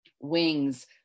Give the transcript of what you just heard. wings